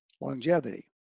longevity